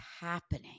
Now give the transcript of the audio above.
happening